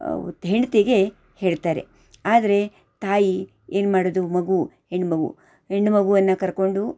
ಹೆಂಡತಿಗೆ ಹೇಳ್ತಾರೆ ಆದರೆ ತಾಯಿ ಏನು ಮಾಡೋದು ಮಗು ಹೆಣ್ಣುಮಗು ಹೆಣ್ಣುಮಗುವನ್ನ ಕರ್ಕೊಂಡು